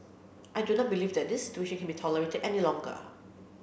I do not believe that this situation can be tolerated any longer